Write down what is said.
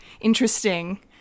interesting